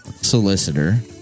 Solicitor